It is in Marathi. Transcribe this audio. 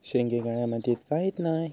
शेंगे काळ्या मातीयेत का येत नाय?